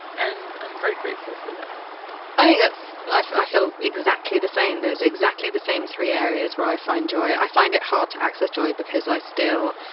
and i'm very grateful for that i think that's, i i feel exactly the same. there is exactly the same three areas where i find joy. i find it hard to access joy because i still,